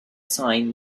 sign